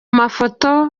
mafoto